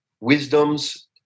wisdoms